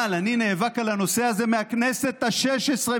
אבל אני נאבק על הנושא הזה מהכנסת השש-עשרה,